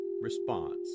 response